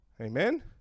Amen